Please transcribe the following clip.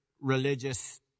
religious